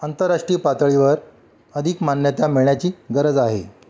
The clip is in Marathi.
आंतरराष्ट्रीय पातळीवर अधिक मान्यता मिळण्याची गरज आहे